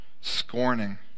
scorning